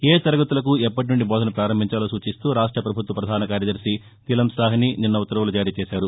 ఏ తరగతులకు ఎప్పటినుండి టోధన ప్రారంభించాలో సూచిస్తూ రాష్ట ప్రభుత్వ ప్రధాన కార్యదర్శి నీలం సాహ్ని నిస్న ఉత్తర్వులు జారీ చేశారు